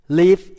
live